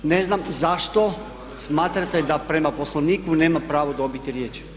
Ne znam zašto smatrate da prema Poslovniku nema pravo dobiti riječ.